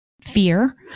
fear